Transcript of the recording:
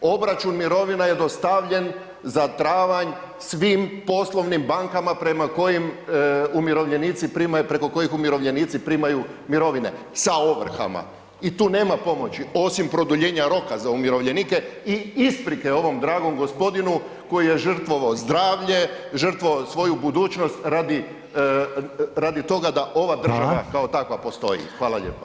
Obračun mirovina je dostavljen za travanj svim poslovnim bankama prema kojim umirovljenici primaju, preko kojih umirovljenici primaju mirovine sa ovrhama i tu nema pomoći osim produljenja roka za umirovljenike i isprike ovom dragom gospodinu koji je žrtvovao zdravlje, žrtvovao svoju budućnost radi, radi toga da ova država [[Upadica: Hvala.]] kao takva postoji.